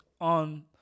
on